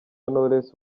knowless